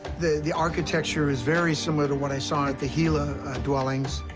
the the architecture is very similar to what i saw at the gila dwellings.